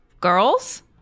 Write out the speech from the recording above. girls